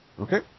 Okay